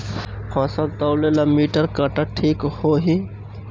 फसल तौले ला मिटर काटा ठिक होही?